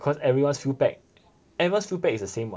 cause everyone's field bag everyone's field bag is the same